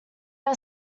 are